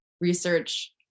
research